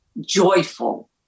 joyful